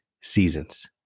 seasons